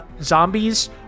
zombies